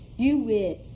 you wait.